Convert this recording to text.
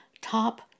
top